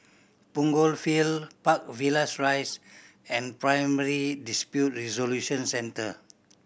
Punggol Field Park Villas Rise and Primary Dispute Resolution Centre